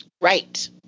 Right